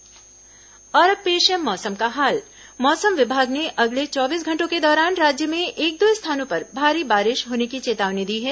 मौसम और अब पेश है मौसम का हाल मौसम विभाग ने अगले चौबीस घंटों के दौरान राज्य में एक दो स्थानों पर भारी बारिश होने की चेतावनी दी है